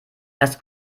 das